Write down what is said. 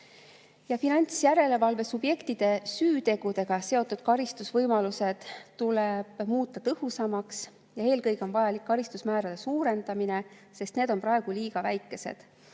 Finantsjärelevalve subjektide süütegudega seotud karistamise võimalused tuleb muuta tõhusamaks. Eelkõige on vajalik karistusmäärade suurendamine, sest need on praegu liiga väikesed.